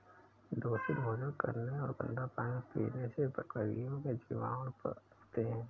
दूषित भोजन करने और गंदा पानी पीने से बकरियों में जीवाणु पनपते हैं